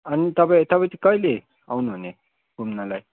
अनि तपाईँ तपाईँ चाहिँ कहिले आउनुहुने घुम्नलाई